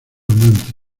amante